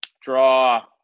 Draw